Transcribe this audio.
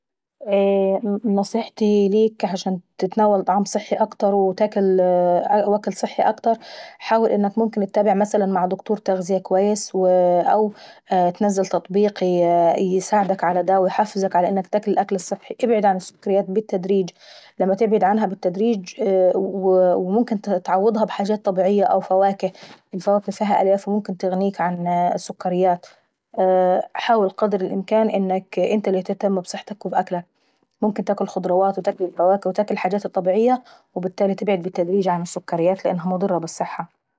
نصيحتي ليك عشان تتناول طعام اكتر وتاكل صحي ووكل صحي اكتر، حاول انك ممكن اتتتابع مثلا مع دكتور تغذية اكويس، او تنزل تطبيق ايساعدك على دا او انك تاكل الوكل الصحي. ابعد عن السكريات بالتدريج لما تبعد عنها بالتدريج وو ممكن تعوضها بالحاجات الطبيعية زي الفواكه لان الفواكه مليانة بالالياف اللي هتغنيك عن االسكريات. حاول قدر الامكان انك انت اللي تهتم بصحتك ووكلك، ممكن تاكل الفواكه والخضروات والحاجات الطبيعية وبالتالي تبعد بالتدريج عن السكريات لانها مضرة بالصحة.